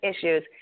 issues